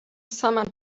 sama